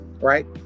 right